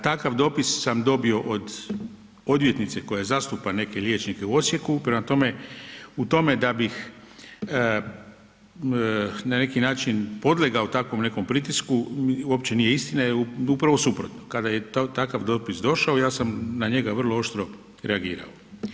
Takav dopis sam dobio od odvjetnica koja zastupa neke liječnike u Osijeku, prema tome u tom da bih na neki način podlegao takvom nekom pritisku, uopće nije istina, upravo suprotno, kada je takav dopis došao, ja sam na njega vrlo oštro reagirao.